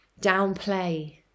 downplay